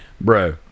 Bro